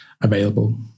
available